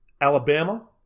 Alabama